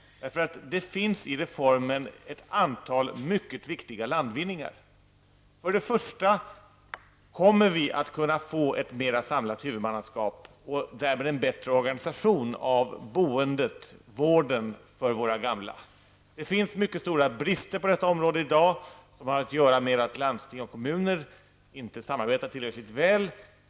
Det finns i reformen ett antal mycket viktiga landvinningar. För det första kommer vi att få ett mer samlat huvudmannaskap och därmed en bättre organisation av boendet och vården för våra gamla. Det finns i dag mycket stora brister på detta område som har att göra med att landsting och kommuner inte samarbetar tillräckligt väl.